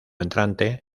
entrante